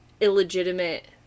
illegitimate